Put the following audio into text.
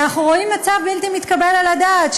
ואנחנו רואים מצב בלתי מתקבל על הדעת,